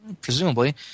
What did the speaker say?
Presumably